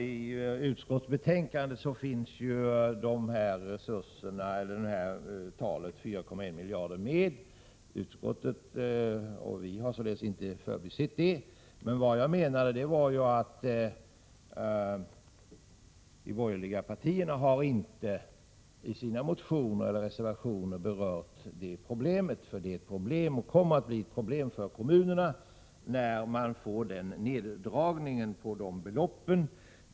I utskottsbetänkandet finns sifferuppgiften 4,1 miljarder med. Vi har således inte förbisett detta. Vad jag menade var att de borgerliga partierna i sina motioner eller reservationer inte har berört det aktuella problemet, för det kommer att bli problem för kommunerna när de får neddragningar med de här beloppen.